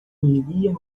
iria